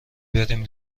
بریم